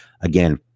again